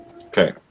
Okay